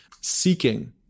seeking